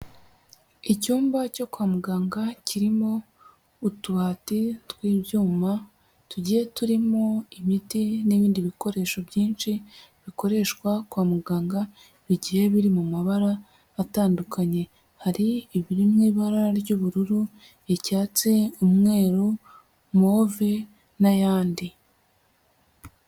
Icyumba cyo kwa muganga kirimo utubati tw'ibyuma, tugiye turimo imiti n'ibindi bikoresho byinshi bikoreshwa kwa muganga, bigiye biri mu mabara atandukanye. Hari ibiri mu ibara ry'ubururu, icyatsi, umweru, move, n'ayandi.